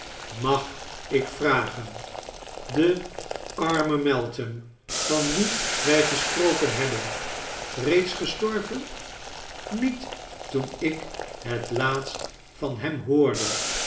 mag ik vragen de arme meltham van wien wy gesproken hebben reeds gestorven niet toen ik het laatst van hem hoorde